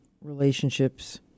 relationships